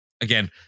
again